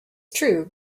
true